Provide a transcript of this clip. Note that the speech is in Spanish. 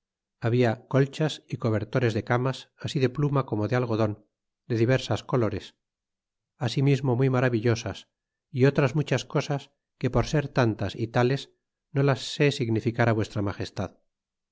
habla colchas y cobertures de camas así de pluma como de algodon de diversas colores asimismo muy maravillosas y otras muchas cosas que por ser tantas y tales no las sé significará vuestra ma